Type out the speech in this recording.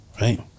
right